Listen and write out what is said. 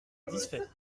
satisfait